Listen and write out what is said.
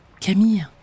Camille